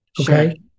okay